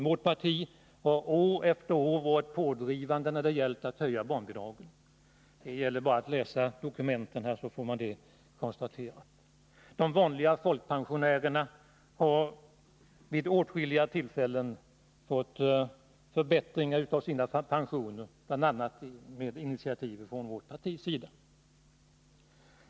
Vårt parti har år efter år varit pådrivande när det gällt att höja barnbidragen. Det är bara att läsa dokumenten, så får man det konstaterat. De vanliga folkpensionärerna har vid åtskilliga tillfällen fått förbättringar av sina pensioner, bl.a. genom initiativ från vårt partis sida.